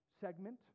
segment